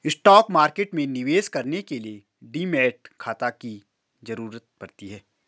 stock market में निवेश करने के लिए डीमैट खाता की जरुरत पड़ती है